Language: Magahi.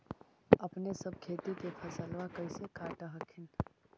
अपने सब खेती के फसलबा कैसे काट हखिन?